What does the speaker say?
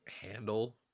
handle